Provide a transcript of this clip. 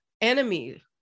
enemy